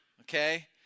okay